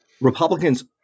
Republicans